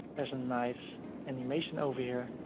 there's a nice animation over here.